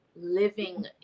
living